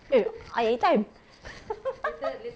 eh I any time